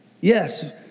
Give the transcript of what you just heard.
Yes